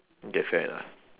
get fat ah